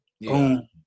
Boom